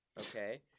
okay